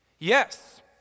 Yes